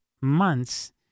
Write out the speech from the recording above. months